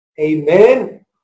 Amen